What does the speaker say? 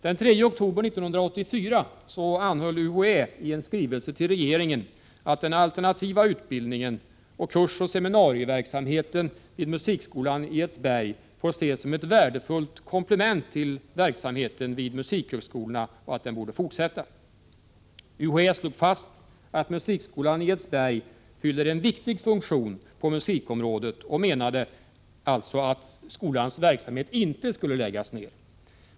Den 3 oktober 1984 anhöll UHÄ i en skrivelse till regeringen om att den alternativa utbildningen samt kursoch seminarieverksamheten vid musikskolan i Edsberg skulle få ses som ett värdefullt komplement till verksamheten vid musikhögskolorna och att verksamheten vid musikskolan i Edsberg skulle få fortsätta. UHÄ slog fast att musikskolan fyller en viktig funktion på musikområdet.